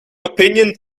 opinion